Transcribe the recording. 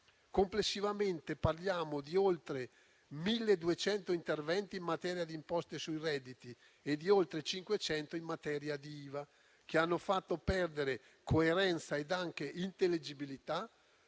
Complessivamente, parliamo di oltre 1.200 interventi in materia di imposte sui redditi e di oltre 500 in materia di IVA, che hanno fatto perdere coerenza e anche intellegibilità,